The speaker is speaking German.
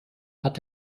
hat